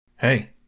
Hey